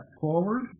forward